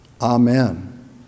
Amen